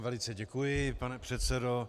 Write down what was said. Velice vám děkuji, pane předsedo.